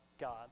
God